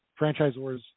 franchisors